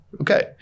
Okay